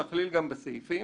להכליל גם בסעיפים.